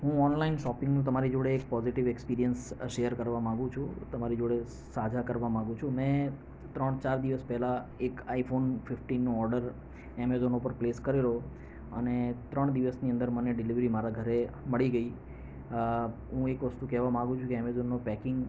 હું ઓનલાઇન શોપિંગનો તમારી જોડે એક પોઝીટિવ એક્સપિરિયન્સ શેર કરવા માગું છું તમારી જોડે સાઝા કરવા માગું છું મેં ત્રણ ચાર દિવસ પહેલાં એક આઇફોન ફિફ્ટીનનો ઓર્ડર એમેઝોન ઉપર પ્લેસ કરેલો અને ત્રણ દિવસની અંદર મને ડિલિવરી મારા ઘરે મળી ગઈ હું એક વસ્તુ કહેવા માગું છું કે એમેઝોનનું પૅકિંગ